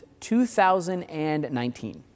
2019